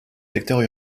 secteurs